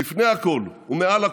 אבל לפני הכול ומעל הכול,